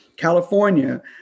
California